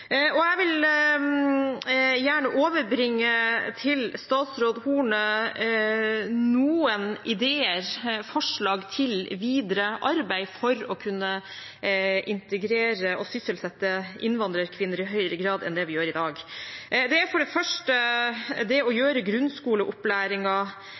Jeg vil gjerne overbringe statsråd Horne noen ideer, forslag til videre arbeid, for å kunne integrere og sysselsette innvandrerkvinner i høyere grad enn det vi gjør i dag. Det første forslaget er